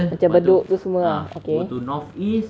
macam bedok tu semua ah okay